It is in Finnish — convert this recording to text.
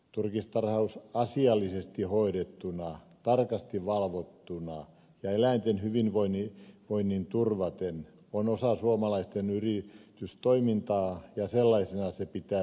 turkistarhaus asiallisesti hoidettuna tarkasti valvottuna ja eläinten hyvinvoinnin turvaten on osa suomalaisten yritystoimintaa ja sellaisena sitä pitää tarkastella